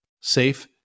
safe